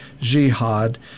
jihad